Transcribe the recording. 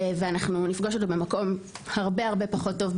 ואנחנו נפגוש אותו בהמשך במקום הרבה-הרבה פחות טוב.